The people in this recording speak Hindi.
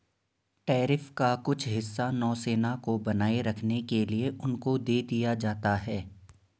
टैरिफ का कुछ हिस्सा नौसेना को बनाए रखने के लिए उनको दे दिया जाता है